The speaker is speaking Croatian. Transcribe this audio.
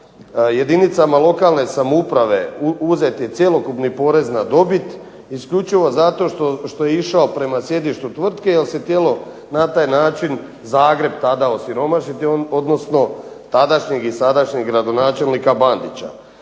Jedinicama lokalne samouprave uzet je cjelokupni porez na dobit, isključivo zato što je išao prema sjedištu tvrtke jer se htjelo na taj način Zagreb tadašnji osiromašiti, odnosno tadašnje i sadašnjeg gradonačelnika Bandića.